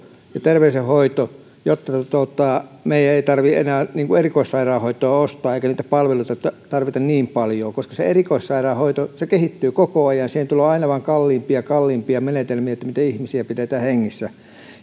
terveydenhoidon jotta meidän ei tarvitse enää erikoissairaanhoitoa ostaa eikä niitä palveluita tarvita niin paljon koska erikoissairaanhoito kehittyy koko ajan siihen tulee aina vain kalliimpia ja kalliimpia menetelmiä miten ihmisiä pidetään hengissä